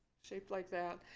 shaped like that.